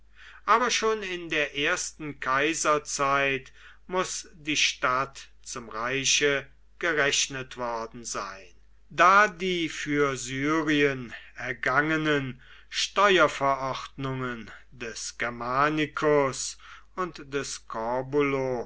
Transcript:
aber schon in der ersten kaiserzeit muß die stadt zum reiche gerechnet worden sein da die für syrien ergangenen steuerverordnungen des germanicus und des